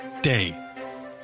day